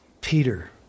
Peter